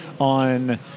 on